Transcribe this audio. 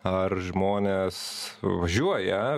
ar žmonės važiuoja